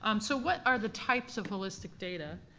um so what are the types of holistic data?